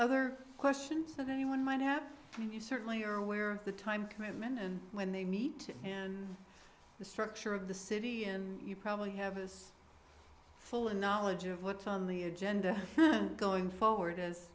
other questions one might have you certainly are aware of the time commitment and when they meet and the structure of the city and you probably have as full a knowledge of what's on the agenda going forward as